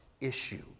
issue